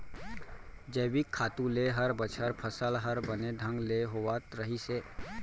जैविक खातू ले हर बछर फसल हर बने ढंग ले होवत रहिस हे